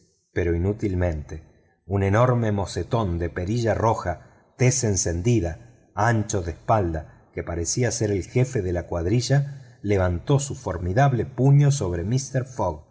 pero inutilmente un enorme mocetón de perilla roja tez encendida ancho de espalda que parecía ser el jefe de la cuadrilla levantó su formidable puño sobre mister fogg